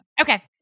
Okay